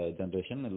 generation